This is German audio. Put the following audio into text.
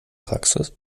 praxis